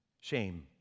Shame